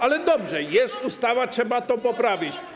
Ale dobrze, jest ustawa trzeba to poprawić.